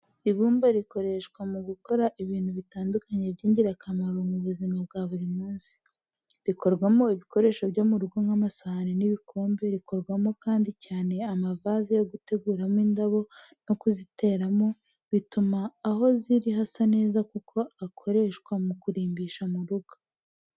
Ibumba rikoreshwa mu gukora ibintu bitandukanye by'ingirakamaro mu buzima bwa buri munsi. Rikorwamo ibikoresho byo mu rugo nk'amasahani n'ibikombe, rikorwamo kandi cyane amavaze yo guteguramo indabo no kuziteramo, bituma aho ziri hasa neza kuko akoreshwa mu kurimbisha mu rugo.